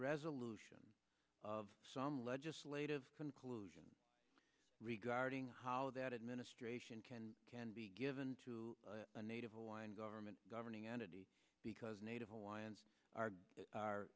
resolution of some legislative conclusion regarding how that administration can can be given to a native hawaiian government governing entity because native hawaiians are re